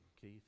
Keith